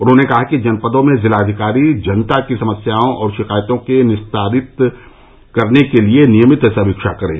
उन्होंने कहा कि जनपदों में जिलाधिकारी जनता की समस्याओं और शिकायतों के निस्तारण की नियमित समीक्षा करें